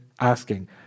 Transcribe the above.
asking